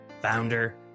founder